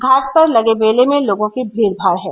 घाट पर लगे मेले में लोगों की भीड़भाड़ है